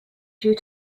due